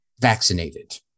vaccinated